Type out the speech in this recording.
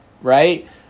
right